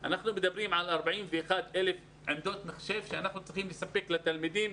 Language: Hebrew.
אנחנו מדברים על 41,000 עמדות מחשב שאנחנו צריכים לספק לתלמידים.